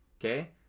okay